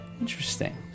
interesting